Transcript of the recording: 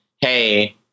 hey